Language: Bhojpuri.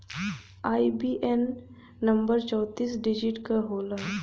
आई.बी.ए.एन नंबर चौतीस डिजिट क होला